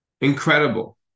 Incredible